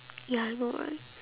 ya I know right